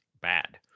bad